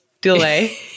delay